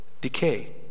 decay